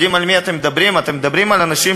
מדברים על עניין